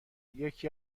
یکی